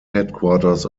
headquarters